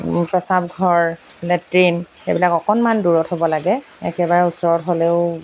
পেচাব ঘৰ লেট্ৰিন এইবিলাক অকণমান দূৰত হ'ব লাগে একেবাৰে ওচৰত হ'লেও